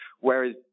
whereas